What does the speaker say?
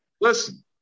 Listen